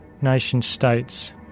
nation-states